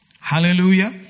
Hallelujah